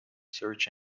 search